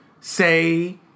say